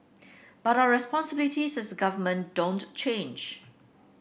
but our responsibilities as government don't change